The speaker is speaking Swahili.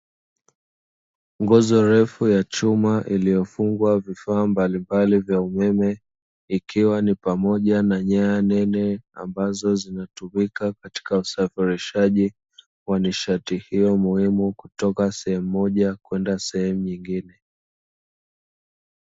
Nguzo refu ya chuma iliyofungwa vifaa mbalimbali vya umeme, ikiwa pamoja na nyaya nene ambazo zinatumika katika usafirishaji wa nishati hiyo muhimu, kutoka sehemu moja kwenda sehemu nyingine.